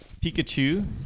pikachu